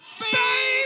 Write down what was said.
baby